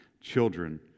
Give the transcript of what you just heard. children